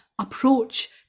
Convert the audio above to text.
approach